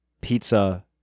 pizza